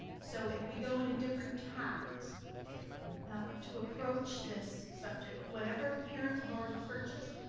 so if we go into different tacts to approach this subject, whatever parents have already purchased,